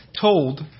told